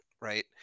right